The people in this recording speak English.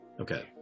okay